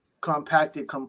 compacted